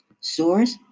Source